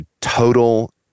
total